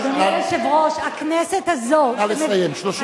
אדוני היושב-ראש, הכנסת הזו, נא לסיים, 30 שניות.